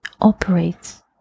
operates